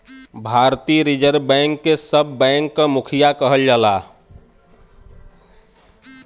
भारतीय reserve bank के सब बैंक क मुखिया कहल जाला